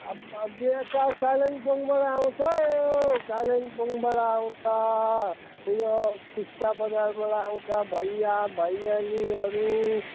आम्मा मेरो त कालिम्पोङबाट आउँछ है कालिम्पोङबाट आउँछ यो टिस्टा बजारबाट आउँछ भैया भैयेनीहरू